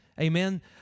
Amen